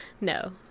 No